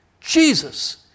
Jesus